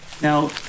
Now